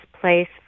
place